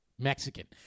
Mexican